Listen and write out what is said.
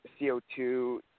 CO2